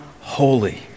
holy